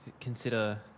consider